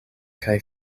kaj